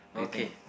do you think